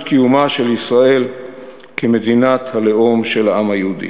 קיומה של ישראל כמדינת הלאום של העם היהודי.